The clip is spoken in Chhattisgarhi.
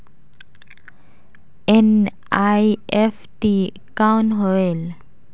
एन.ई.एफ.टी कौन होएल?